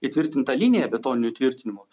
įtvirtintą liniją betoninių tvirtinimų